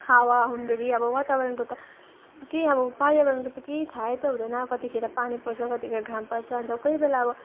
हावा हुन्डरी अब वातावरणको त केही अब पर्यावरणको त केही थाहै त हुँदैन कतिखेर पानी पर्छ कतिखेर घाम पर्छ अन्त कोही बेला अब